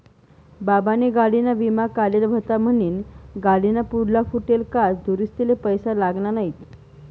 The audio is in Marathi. बाबानी गाडीना विमा काढेल व्हता म्हनीन गाडीना पुढला फुटेल काच दुरुस्तीले पैसा लागना नैत